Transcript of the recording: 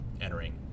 entering